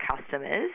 customers